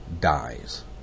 dies